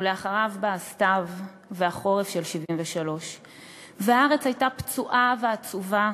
ולאחריו באו הסתיו והחורף של 73'. והארץ הייתה פצועה ועצובה,